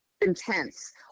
intense